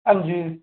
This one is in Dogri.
हंजी